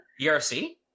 ERC